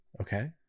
Okay